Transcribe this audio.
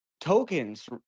Tokens